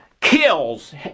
kills